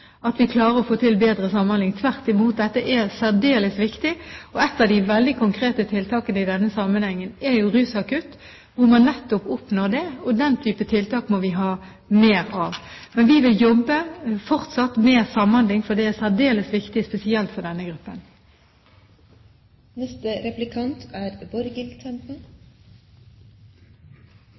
at regjeringspartiene er imot at vi klarer å få til bedre samhandling, tvert imot er dette særdeles viktig. Et av de veldig konkrete tiltakene i denne sammenhengen er rusakutt hvor man nettopp oppnår det. Den typen tiltak må vi ha mer av. Vi vil fortsatt jobbe med samhandling, for det er særdeles viktig, spesielt for denne